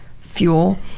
fuel